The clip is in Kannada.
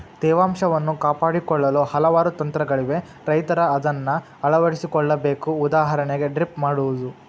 ತೇವಾಂಶವನ್ನು ಕಾಪಾಡಿಕೊಳ್ಳಲು ಹಲವಾರು ತಂತ್ರಗಳಿವೆ ರೈತರ ಅದನ್ನಾ ಅಳವಡಿಸಿ ಕೊಳ್ಳಬೇಕು ಉದಾಹರಣೆಗೆ ಡ್ರಿಪ್ ಮಾಡುವುದು